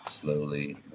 slowly